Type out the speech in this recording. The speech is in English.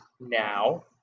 now